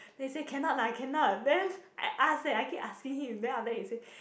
then he say cannot lah cannot then I ask eh keep asking him then after that he say